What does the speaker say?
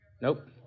nope